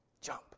jump